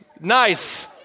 Nice